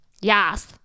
yes